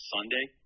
Sunday